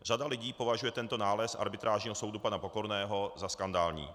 Řada lidí považuje tento nález arbitrážního soudu pana Pokorného za skandální.